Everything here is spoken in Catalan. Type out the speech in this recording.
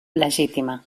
legítima